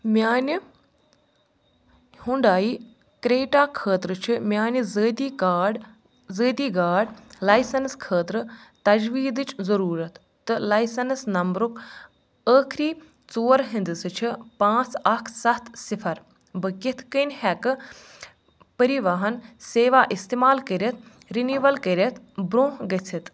میٛانہِ Hyundai Creta خٲطرٕ چھُ میٛانہِ ذٲتی کارڈ ذٲتی گاڈ لایسنٕس خٲطرٕ تجویٖدٕچ ضُروٗرت تہٕ لایسنٕس نمبرُک ٲخری ژور ہِنٛدسہٕ چھُ پانٛژھ اکھ سَتھ صِفر بہٕ کِتھ کٔنۍ ہیٚکہٕ پریواہن سیوا استعمال کٔرِتھ رِنیٖول کٔرِتھ برٛۄنٛہہ گٔژھِتھ